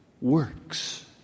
works